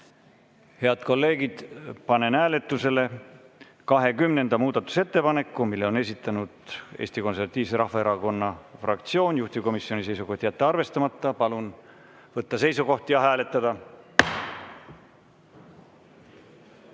Head kolleegid, panen hääletusele 22. muudatusettepaneku. Selle on esitanud Eesti Konservatiivse Rahvaerakonna fraktsioon. Juhtivkomisjoni seisukoht on jätta arvestamata. Palun võtta seisukoht ja hääletada!